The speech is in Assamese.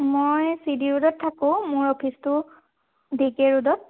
মই চি ডি ৰোডত থাকোঁ মোৰ অফিচটো ডি কে ৰোডত